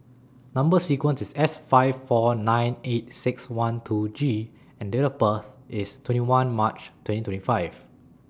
Number sequence IS S five four nine eight six one two G and Date of birth IS twenty one March twenty twenty five